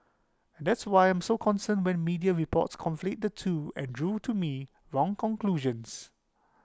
that's why I'm so concerned when media reports conflate the two and drew to me wrong conclusions